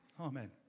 Amen